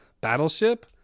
battleship